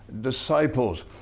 disciples